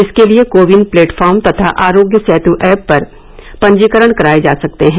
इसके लिए CoWIN platform तथा आरोग्य सेतु एप पर पंजीकरण कराये जा सकते हैं